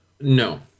No